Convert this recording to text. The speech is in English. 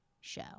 show